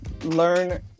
learn